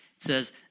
Says